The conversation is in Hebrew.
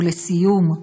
ולסיום,